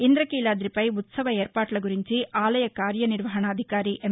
ఇంద్రకీలాదిపై ఉత్సవ ఏర్పాట్ల గురించి ఆలయ కార్య నిర్వహణాధికారి ఎమ్